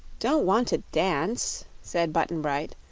don't want to dance, said button-bright,